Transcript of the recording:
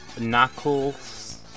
Knuckles